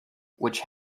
which